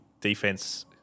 defense